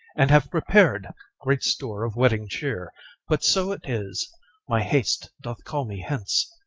and have prepar'd great store of wedding cheer but so it is my haste doth call me hence,